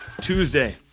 Tuesday